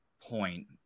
point